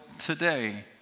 Today